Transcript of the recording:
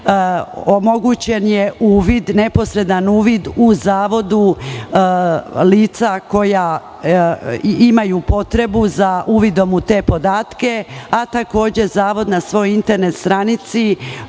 omogućen je neposredan uvid u zavodu lica koja imaju potrebu za uvidom u te podatke, a takođe zavod na svojoj internet stranici